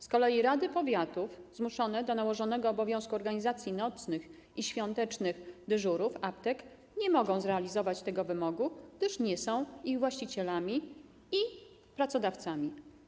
Z kolei rady powiatów, zmuszone do realizowania nałożonego na nie obowiązku organizacji nocnych i świątecznych dyżurów aptek, nie mogą zrealizować tego wymogu, gdyż nie są ich właścicielami i pracodawcami.